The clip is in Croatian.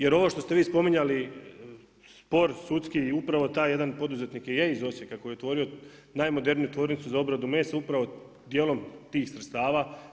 Jer ovo što ste vi spominjali, spor sudski, upravo taj jedan poduzetnik je iz Osijeka koji je otvorio najmoderniju tvornicu za obradu mesa upravo dijelom tih sredstava.